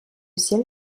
ciel